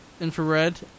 infrared